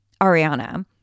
Ariana